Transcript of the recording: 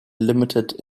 limited